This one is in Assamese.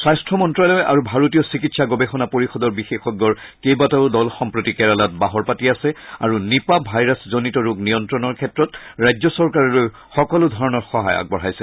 স্বাস্থ্য মন্ত্ৰালয় আৰু ভাৰতীয় চিকিৎসা গৱেষণা পৰিষদৰ বিশেষজ্ঞৰ কেইবাটাও দল সম্প্ৰতি কেৰালাত বাহৰ পাতি আছে আৰু নিপা ভাইৰাছজনিত ৰোগ নিয়ন্ত্ৰণৰ ক্ষেত্ৰত ৰাজ্য চৰকাৰলৈ সকলো ধৰণৰ সহায় আগবঢ়াইছে